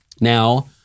Now